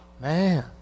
man